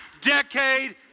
decade